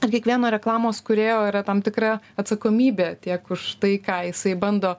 ir kiekvieno reklamos kūrėjo yra tam tikra atsakomybė tiek už tai ką jisai bando